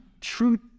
true